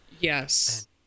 Yes